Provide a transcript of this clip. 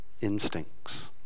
instincts